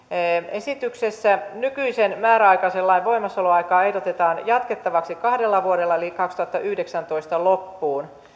esityksessä nykyisen määräaikaisen lain voimassaoloaikaa ehdotetaan jatkettavaksi kahdella vuodella eli kaksituhattayhdeksäntoista loppuun